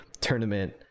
tournament